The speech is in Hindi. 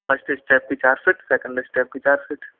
फ़र्स्ट स्टेप की चार फ़ीट सेकंड स्टेप की चार फ़ीट